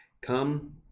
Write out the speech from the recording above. come